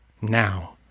now